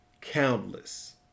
countless